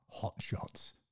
hotshots